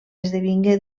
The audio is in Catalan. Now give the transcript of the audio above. esdevingué